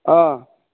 অঁ